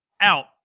out